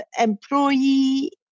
employee